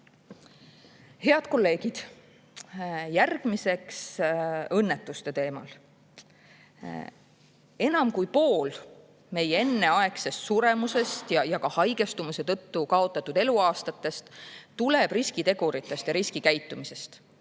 Head kolleegid! Järgmiseks õnnetuste teemal. Enam kui pool meie enneaegsest suremusest ja haigestumuse tõttu kaotatud eluaastatest tuleb riskiteguritest ja riskikäitumisest.